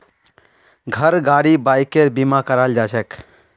घर गाड़ी बाइकेर बीमा कराल जाछेक